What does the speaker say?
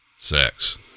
sex